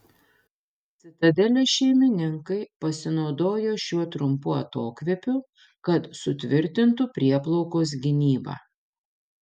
citadelės šeimininkai pasinaudojo šiuo trumpu atokvėpiu kad sutvirtintų prieplaukos gynybą